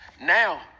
Now